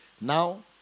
now